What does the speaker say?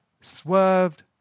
swerved